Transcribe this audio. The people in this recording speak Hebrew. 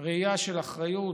ראייה של אחריות,